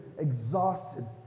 exhausted